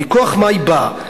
מכוח מה היא באה.